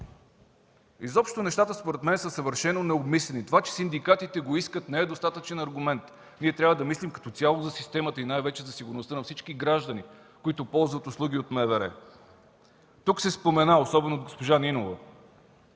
Изобщо нещата, според мен, са съвършено необмислени. Това, че синдикатите го искат, не е достатъчен аргумент. Ние трябва да мислим като цяло за системата и най-вече за сигурността на всички граждани, които ползват услуги от МВР. Тук се спомена, особено от госпожа Нинова,